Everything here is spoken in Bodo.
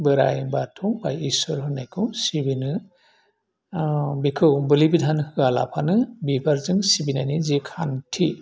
बोराइ बाथौ बा इसोर होन्नायखौ सिबिनो औ बेखौ बोलि बिधान होवालाबानो बिबारजों सिबिनायनि जे खान्थि